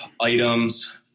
items